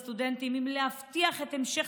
חובתנו לסטודנטים היא להבטיח את המשך